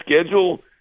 schedule